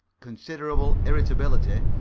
considerable irritability,